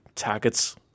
targets